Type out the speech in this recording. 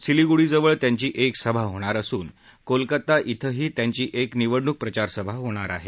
सिलीगुडीजवळ त्यांची एक सभा होणार असून कोलकाता क्विही त्यांची एक निवडणुकप्रचारसभा होणार आहे